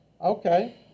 Okay